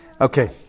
Okay